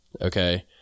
Okay